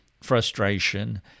frustration